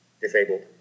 disabled